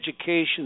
education